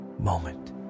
moment